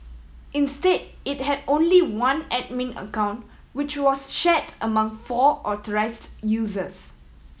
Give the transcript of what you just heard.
instead it had only one admin account which was shared among four authorised users